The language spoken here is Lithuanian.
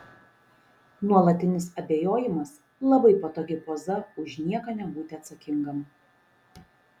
nuolatinis abejojimas labai patogi poza už nieką nebūti atsakingam